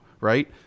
right